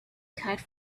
kite